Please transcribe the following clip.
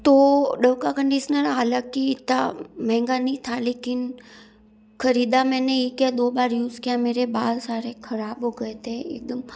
तो डव का कंडिसनर हालाँकि इतना महंगा नहीं था लेकिन ख़रीदा मैंने एक या दो बार यूज़ किया मेरे बाल सारे ख़राब हो गए थे एकदम